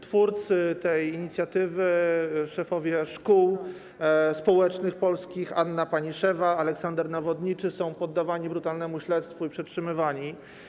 Twórcy tej inicjatywy, szefowie polskich szkół społecznych Anna Paniszewa i Aleksander Nawodniczy, są poddawani brutalnemu śledztwu i przetrzymywani.